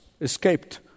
escaped